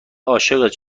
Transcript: عاشقت